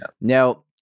Now